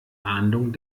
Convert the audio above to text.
ahndung